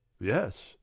yes